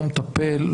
לא מטפל,